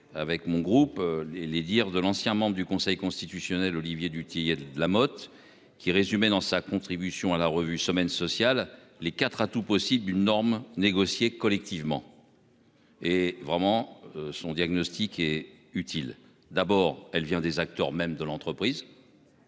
avec mon groupe les les dires de l'ancien membre du Conseil constitutionnel, Olivier. La Motte qui résumait dans sa contribution à la revue semaine sociale les 4 atouts possibles une norme négociée collectivement. Et vraiment. Son diagnostic est utile. D'abord elle vient des acteurs même de l'entreprise.